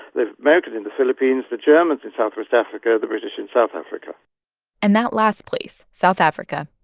the americans in the philippines, the germans in southwest africa, the british in south africa and that last place, south africa,